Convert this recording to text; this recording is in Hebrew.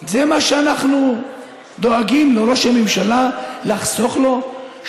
זה מה שאנחנו דואגים לו, ראש הממשלה, לחסוך לו?